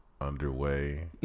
underway